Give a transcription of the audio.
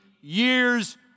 years